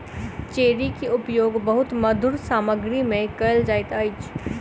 cherry के उपयोग बहुत मधुर सामग्री में कयल जाइत अछि